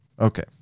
okay